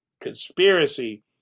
conspiracy